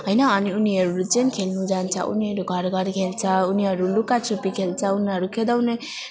होइन उनीहरू चाहिँ खेल्नु जान्छ उनीहरू घर घर खेल्छ उनीहरू लुकिछिपी खेल्छ उनीहरू खेदाउने